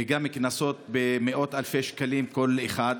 וגם קנסות במאות אלפי שקלים כל אחד,